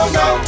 no